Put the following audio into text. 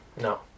No